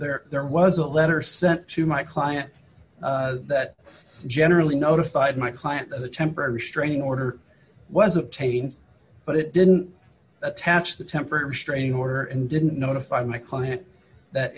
there there was a letter sent to my client that generally notified my client that the temporary restraining order was obtained but it didn't attach the temporary restraining order and didn't notify my client that